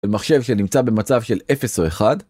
במחשב שנמצא במצב של 0 או 1